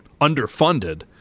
underfunded